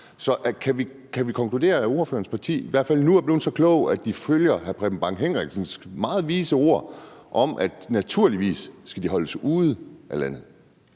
Så kan vi konkludere, at ordførerens parti i hvert fald nu er blevet så kloge, at de følger hr. Preben Bang Henriksens meget vise ord om, at naturligvis skal de holdes ude af landet?